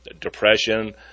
depression